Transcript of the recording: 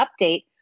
update